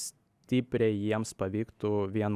stipriai jiems pavyktų vien